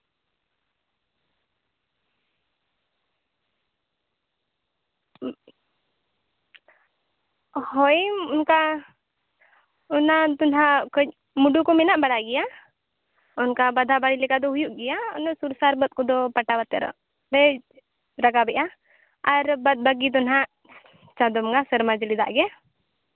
ᱦᱳᱭ ᱚᱱᱠᱟ ᱚᱱᱟ ᱫᱚ ᱱᱟᱜ ᱠᱟᱺᱪ ᱢᱚᱫᱷᱩ ᱠᱚ ᱢᱮᱱᱟᱜ ᱵᱟᱲᱟᱜ ᱜᱮᱭᱟ ᱚᱱᱠᱟ ᱵᱟᱫᱷᱟ ᱵᱟᱹᱲᱤᱡ ᱞᱮᱠᱟ ᱫᱚ ᱦᱩᱭᱩᱜ ᱜᱮᱭᱟ ᱚᱱᱟ ᱥᱩᱨᱼᱥᱟᱨ ᱵᱟᱹᱫ ᱠᱚᱫᱚ ᱯᱟᱴᱟ ᱵᱟᱛᱮᱨᱟ ᱞᱮ ᱨᱟᱠᱟᱵᱮᱜᱼᱟ ᱟᱨ ᱵᱟᱫᱼᱵᱟᱠᱤ ᱫᱚ ᱱᱟᱜ ᱪᱟᱸᱫᱚ ᱵᱚᱸᱜᱟ ᱥᱮᱨᱢᱟ ᱡᱟᱹᱲᱤ ᱫᱟᱜ ᱜᱮ